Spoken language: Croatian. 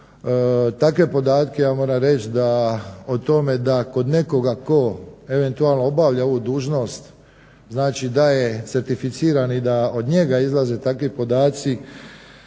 takve podatke moram reći o tome da kod nekoga tko eventualno obavlja ovu dužnost znači da je certificiran i da od njega izlaze takvi podaci